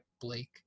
Blake